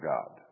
God